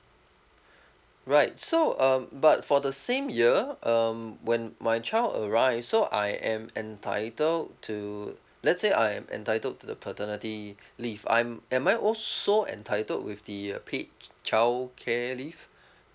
right so um but for the same year um when my child arrive so I am entitled to let's say I am entitled to the paternity leave I'm am I also entitled with the uh paid childcare leave